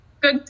good